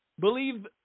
Believe